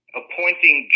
appointing